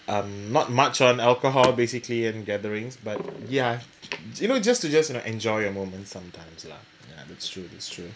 um not much on alcohol basically and gatherings but ya you know just to just you know enjoy a moment sometimes lah ya that's true that's true